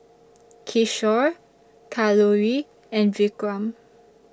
Kishore Kalluri and Vikram